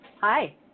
Hi